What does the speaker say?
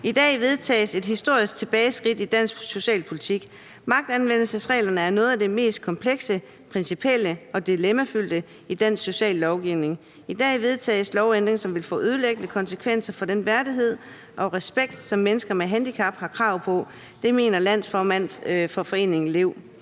»I dag vedtages et historisk tilbageskridt i dansk socialpolitik: Magtanvendelsesreglerne er noget af det mest komplekse, principielle og dilemmafyldte i dansk sociallovgivning. I dag vedtages lovændring, som vil få ødelæggende konsekvenser for den værdighed og respekt, som mennesker med handicap har krav på. Det mener landsformand for foreningen Lev